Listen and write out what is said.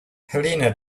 helena